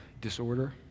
disorder